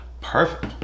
perfect